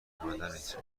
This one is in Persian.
اومدنت